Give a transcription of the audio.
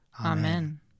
Amen